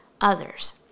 others